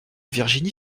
virginie